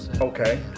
Okay